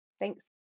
Thanks